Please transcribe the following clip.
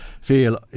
feel